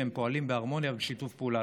הם פועלים בהרמוניה ובשיתוף פעולה.